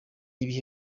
ibihe